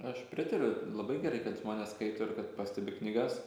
aš pritariu labai gerai kad žmonės skaito ir kad pastebi knygas